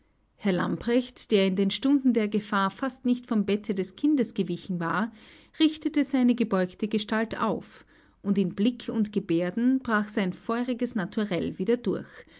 herr lamprecht der in den stunden der gefahr fast nicht vom bette des kindes gewichen war richtete seine gebeugte gestalt auf und in blick und gebärden brach sein feuriges naturell wieder durch